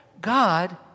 God